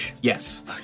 Yes